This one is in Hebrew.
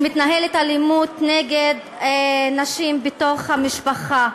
שמתנהלת אלימות נגד נשים בתוך המשפחה.